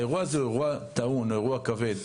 האירוע הזה הוא אירוע טעון, אירוע כבד.